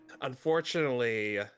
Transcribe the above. unfortunately